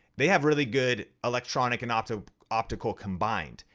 they have really good electronic and optical optical combined.